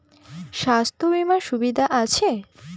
স্বাস্থ্য বিমার সুবিধা আছে?